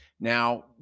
Now